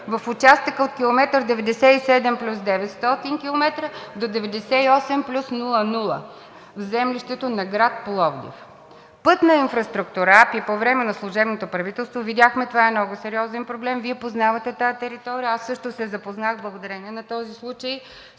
в участъка от км 97+900 до км 98+00 – землището на град Пловдив. От „Пътна инфраструктура“ – АПИ, по време на служебното правителство видяхме, че това е много сериозен проблем. Вие познавате тази територия, аз също се запознах, благодарение на този случай.